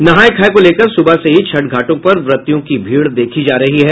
नहाय खाय को लेकर सुबह से ही छठ घाटों पर व्रतियों की भीड़ देखी जा रही है